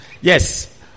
Yes